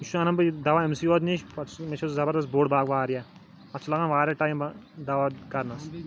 یہِ چھُ اَنان بہٕ یہِ دَوا أمۍ سٕے یوت نِش پَتہٕ چھِ مےٚ چھُ زَبردست بوٚڈ باغ واریاہ تَتھ چھُ لَگان واریاہ ٹایم دَوا کَرنَس